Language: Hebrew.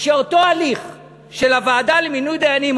שאותו הליך של הוועדה למינוי דיינים,